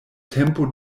tempo